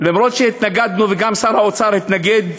וגם שר האוצר התנגד,